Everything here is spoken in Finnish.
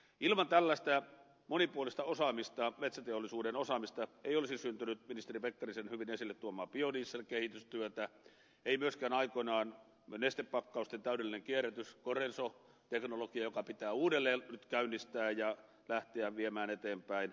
ilman tällaista monipuolista metsäteollisuuden osaamista ei olisi syntynyt ministeri pekkarisen hyvin esille tuomaa biodieselkehitystyötä ei myöskään aikoinaan nestepakkausten täydellistä kierrätystä corenso teknologiaa joka pitää uudelleen nyt käynnistää ja viedä eteenpäin